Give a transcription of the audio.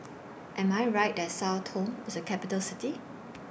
Am I Right that Sao Tome IS A Capital City